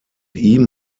ihm